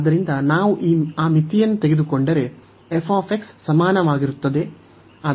ಆದ್ದರಿಂದ ನಾವು ಆ ಮಿತಿಯನ್ನು ತೆಗೆದುಕೊಂಡರೆ f ಸಮಾನವಾಗಿರುತ್ತದೆ